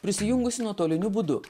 prisijungusi nuotoliniu būdu